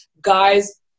guys